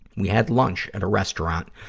we had lunch at a restaurant,